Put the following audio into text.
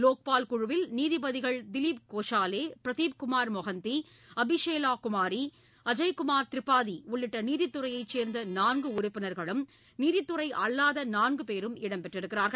லோக்பால் குழுவில் நீதிபதிகள் திலிப் கோஷாலே பிரதீப்குமார் மோஹாந்தி அபிலேஷா குமாரி அஜய்குமார் திரிபாதி உள்ளிட்ட நீதித்துறையை சேர்ந்த நான்கு உறுப்பினர்களும் நீதித்துறை அல்லாத நான்கு பேரும் இடம்பெற்றள்ளனர்